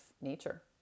nature